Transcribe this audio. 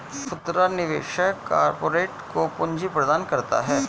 खुदरा निवेशक कारपोरेट को पूंजी प्रदान करता है